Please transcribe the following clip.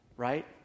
Right